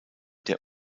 der